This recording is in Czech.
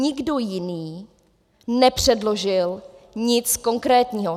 Nikdo jiný nepředložil nic konkrétního.